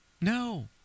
No